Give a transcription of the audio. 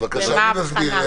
בבקשה, בואו נסביר.